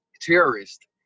terrorist